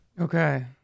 Okay